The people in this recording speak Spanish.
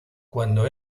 cuando